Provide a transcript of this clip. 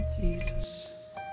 Jesus